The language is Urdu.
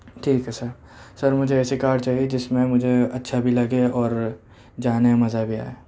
ٹھیک ہے سر سر مجھے ایسی کار چاہیے جس میں مجھے اچھا بھی لگے اور جانے میں مزہ بھی آئے